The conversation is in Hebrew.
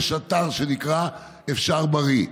יש אתר שנקרא "אפשר בריא".